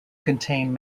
contain